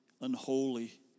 unholy